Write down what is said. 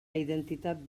identitat